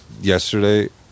yesterday